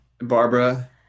Barbara